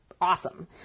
awesome